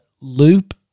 loop